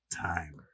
time